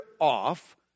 off